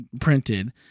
printed